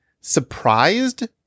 surprised